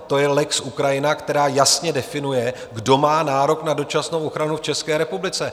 To je lex Ukrajina, který jasně definuje, kdo má nárok na dočasnou ochranu v České republice.